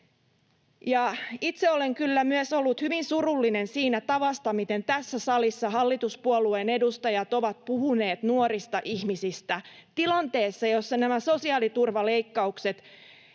kyllä myös ollut hyvin surullinen siitä tavasta, miten tässä salissa hallituspuolueiden edustajat ovat puhuneet nuorista ihmisistä tilanteessa, jossa nämä sosiaaliturvaleikkaukset